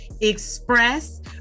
express